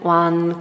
one